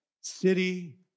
city